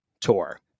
tour